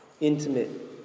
intimate